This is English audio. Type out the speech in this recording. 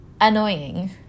annoying